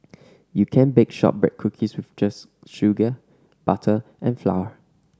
you can bake shortbread cookies with just sugar butter and flour